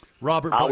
Robert